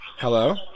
Hello